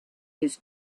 his